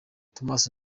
thomas